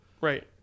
Right